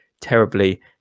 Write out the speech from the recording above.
terribly